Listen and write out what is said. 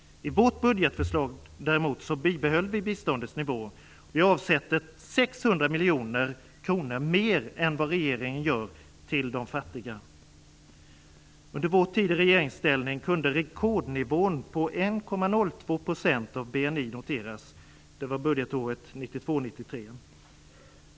I vårt budgetförslag däremot bibehöll vi biståndets nivå, och vi avsätter 600 miljoner kronor mer än vad regeringen gör till de fattiga. Under vår tid i regeringsställning kunde rekordnivån på 1,02 % av BNI noteras. Det var budgetåret 92/93.